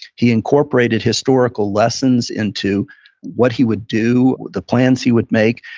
he incorporated historical lessons into what he would do, the plans he would make.